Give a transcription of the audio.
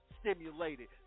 stimulated